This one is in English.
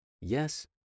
Yes